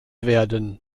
werden